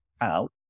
out